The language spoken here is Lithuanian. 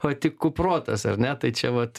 o tik kuprotas ar ne tai čia vat